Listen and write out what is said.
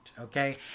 okay